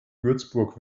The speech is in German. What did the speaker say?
würzburg